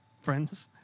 friends